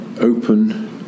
open